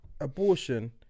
abortion